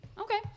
Okay